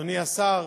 אדוני השר,